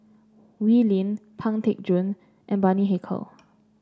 Wee Lin Pang Teck Joon and Bani Haykal